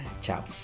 Ciao